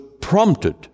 prompted